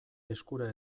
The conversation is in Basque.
eskura